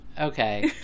okay